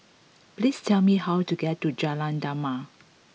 please tell me how to get to Jalan Damai